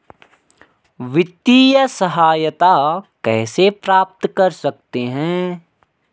वित्तिय सहायता कैसे प्राप्त कर सकते हैं?